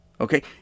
Okay